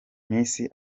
messi